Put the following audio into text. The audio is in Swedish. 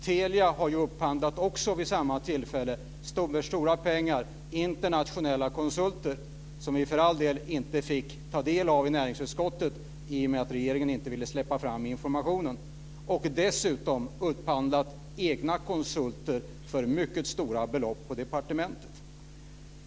Telia hade vid samma tillfälle för stora pengar upphandlat internationella konsulter, vilkas resultat vi för all del inte fick ta del av i näringsutskottet i och med att regeringen inte ville släppa fram informationen. Dessutom hade man på departementet upphandlat egna konsulter för mycket stora belopp.